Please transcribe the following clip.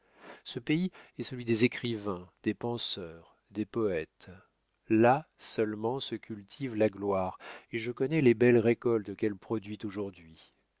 ce pays est celui des écrivains des penseurs des poètes là seulement se cultive la gloire et je connais les belles récoltes qu'elle produit aujourd'hui